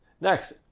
Next